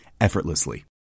effortlessly